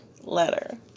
letter